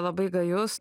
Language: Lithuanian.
labai gajus